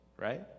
right